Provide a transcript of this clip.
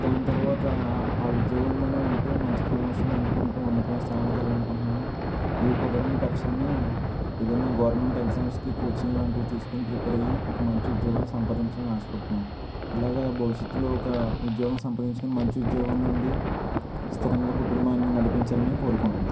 దాని తర్వాత ఆ ఉద్యోగంలో ఉంటు మంచి ప్రమోషన్లు అందుకుంటు ఉన్నతమైన స్థానాలకు వెళ్ళాలిఅనుకుంటున్నాను ఇవి కుదరని పక్షాన ఏదన్న గవర్నమెంట్ ఎగ్జామ్స్కి కోచింగ్ లాంటివి తీసుకొని ప్రిపేర్ అయ్యి ఒక మంచి ఉద్యోగం సంపాదించాలి అని ఆశపడుతున్నాను ఇలాగా భవిష్యత్తులో ఒక ఉద్యోగం సంపాదించుకొని ఒక మంచి ఉద్యోగం నుండి స్థిరంగా కుటుంబాన్ని నడిపించాలని కోరుకుంటున్నాను